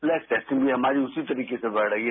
plus testing मी हमारी उसी तरीके से बढ रही है